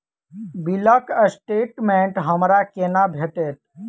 बिलक स्टेटमेंट हमरा केना भेटत?